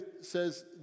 says